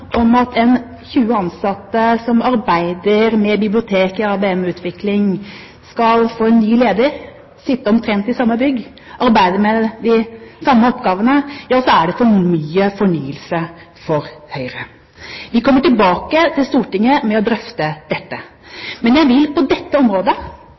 om at 20 ansatte som arbeider med bibliotek i ABM-utvikling, skal få en ny leder, sitte i omtrent samme bygg og arbeide med de samme oppgavene, er det for mye fornyelse for Høyre. Vi kommer tilbake til Stortinget for å drøfte